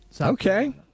Okay